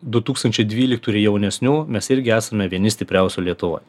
du tūkstančiai dvyliktų ir jaunesnių mes irgi esame vieni stipriausių lietuvoj